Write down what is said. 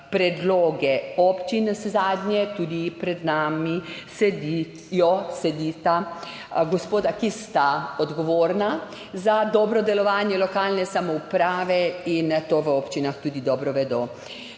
predloge občin. Navsezadnje tudi pred nami sedita gospoda, ki sta odgovorna za dobro delovanje lokalne samouprave, in to v občinah tudi dobro vedo.